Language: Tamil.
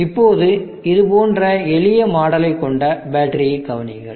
இப்போது இது போன்ற எளிய மாடலைக் கொண்ட பேட்டரியைக் கவனியுங்கள்